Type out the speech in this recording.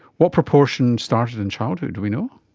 what proportion started in childhood, do we know?